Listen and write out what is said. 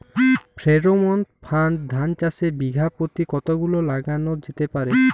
Pheromone ফাঁদ ধান চাষে বিঘা পতি কতগুলো লাগানো যেতে পারে?